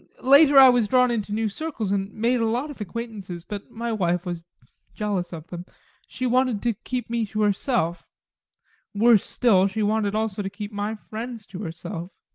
later i was drawn into new circles and made a lot of acquaintances, but my wife was jealous of them she wanted to keep me to herself worse still she wanted also to keep my friends to herself.